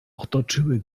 otoczyły